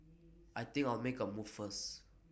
I think I'll make A move first